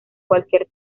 cualquier